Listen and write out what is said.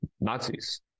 Nazis